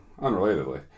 unrelatedly